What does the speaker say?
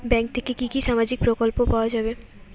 Bank থেকে কি কি সামাজিক প্রকল্প পাওয়া যাবে?